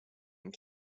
and